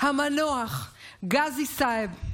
המנוח גאזי סעב,